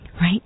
right